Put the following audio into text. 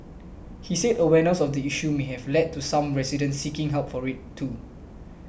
he said awareness of the issue may have led to some residents seeking help for it too